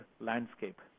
landscape